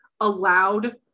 allowed